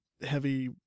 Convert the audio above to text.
heavy